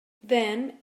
then